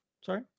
Sorry